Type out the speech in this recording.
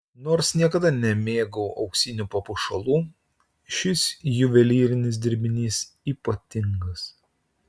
nors niekada nemėgau auksinių papuošalų šis juvelyrinis dirbinys ypatingas